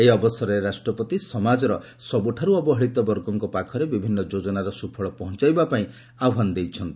ଏହି ଅବସରରେ ରାଷ୍ଟ୍ରପତି ସମାଜର ସବୁଠାରୁ ଅବହେଳିତ ବର୍ଗଙ୍କ ପାଖରେ ବିଭିନ୍ନ ଯୋଜନାର ସୁଫଳ ପହଞ୍ଚାଇବା ପାଇଁ ଆହ୍ପାନ ଦେଇଛନ୍ତି